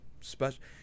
special